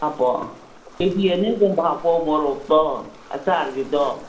ꯍꯥꯞꯄꯣ K G ꯑꯅꯤꯒꯨꯝꯕ ꯍꯥꯞꯄꯣ ꯃꯣꯔꯣꯛꯇꯣ ꯑꯆꯥꯔꯒꯤꯗꯣ